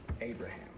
Abraham